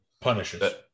Punishes